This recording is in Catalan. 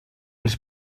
les